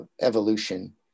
evolution